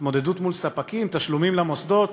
התמודדות מול ספקים, תשלומים למוסדות.